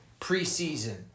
preseason